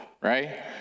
right